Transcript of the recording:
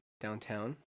downtown